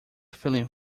feeling